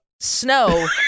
Snow